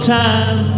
time